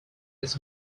des